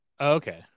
Okay